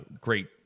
great